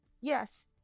yes